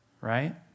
right